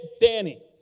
Danny